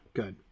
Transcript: good